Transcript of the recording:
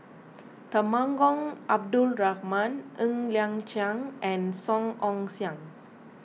Temenggong Abdul Rahman Ng Liang Chiang and Song Ong Siang